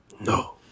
No